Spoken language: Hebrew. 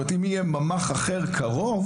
אם יהיה ממ"ח קרוב אחר,